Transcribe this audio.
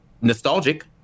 nostalgic